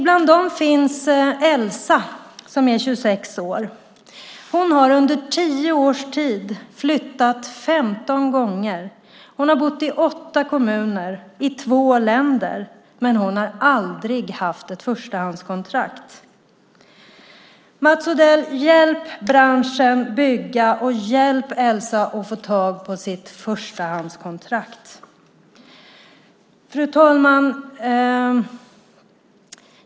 Bland dem finns Elsa som är 26 år. Hon har under tio års tid flyttat 15 gånger. Hon har bott i åtta kommuner i två länder, men hon har aldrig haft ett förstahandskontrakt. Mats Odell, hjälp branschen att bygga, och hjälp Elsa att få tag på sitt förstahandskontrakt! Fru talman!